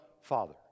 Father